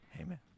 amen